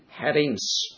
headings